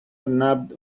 nabbed